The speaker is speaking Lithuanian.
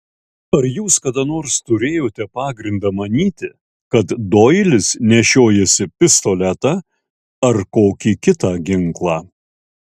ar jūs kada nors turėjote pagrindą manyti kad doilis nešiojasi pistoletą ar kokį kitą ginklą